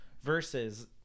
Versus